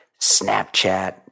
Snapchat